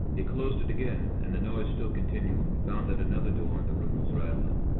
he closed it again, and, the noise still continuing, found that another door in the room was rattling.